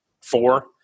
four